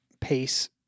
pace